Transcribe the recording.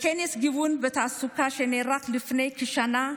בכנס גיוון בתעסוקה שנערך לפני כשנה,